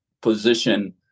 position